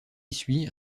suit